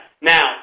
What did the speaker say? Now